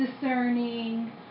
discerning